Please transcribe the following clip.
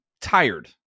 tired